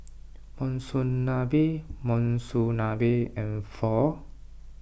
Monsunabe Monsunabe and Pho